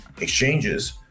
exchanges